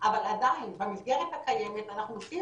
אבל עדיין במסגרת הקיימת אנחנו עושים